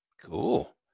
Cool